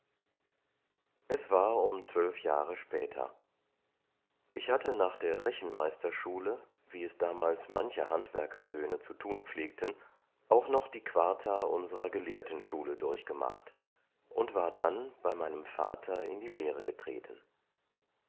es war um zwölf jahre später ich hatte nach der rechenmeisterschule wie es damals manche handwerkersöhne zu tun pflegten auch noch die quarta unserer gelehrtenschule durchgemacht und war dann bei meinem vater in die lehre getreten